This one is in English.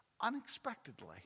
unexpectedly